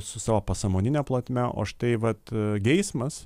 su savo pasąmonine plotme o štai vat geismas